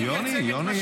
יפה.